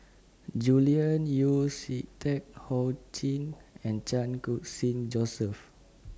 Julian Yeo See Teck Ho Ching and Chan Khun Sing Joseph